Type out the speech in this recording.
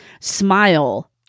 Smile